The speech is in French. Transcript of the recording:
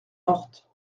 morte